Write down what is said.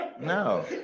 No